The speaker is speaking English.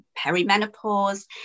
perimenopause